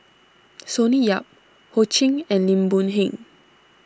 Sonny Yap Ho Ching and Lim Boon Heng